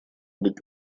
быть